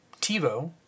TiVo